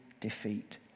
defeat